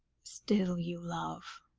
still you love.